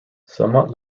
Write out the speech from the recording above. somewhat